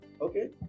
Okay